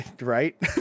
Right